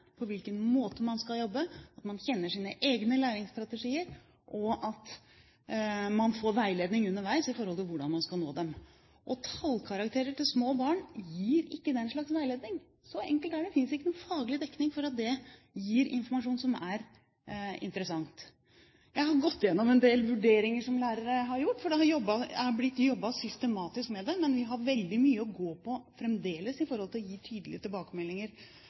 på hvilken måte man skal jobbe, at man kjenner sine egne læringsstrategier, og at man får veiledning underveis med hensyn til hvordan man skal nå dem. Tallkarakterer til små barn gir ikke den slags veiledning. Så enkelt er det. Det finnes ikke noen faglig dekning for at det gir informasjon som er interessant. Jeg har gått gjennom en del vurderinger som lærere har gjort, for det er blitt jobbet systematisk med det, men vi har veldig mye å gå på fremdeles i forhold til å gi tydelige tilbakemeldinger